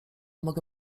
mogę